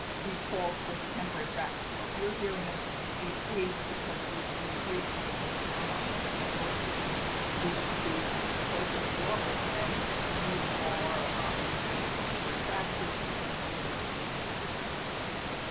we call this temporary practice. so if you're here in dc because you you were here because of um remote working due to the closure of your office, then you are engaged in temporary practice within the meaning of the rules and it's ok.